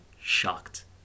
shocked